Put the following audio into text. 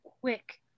quick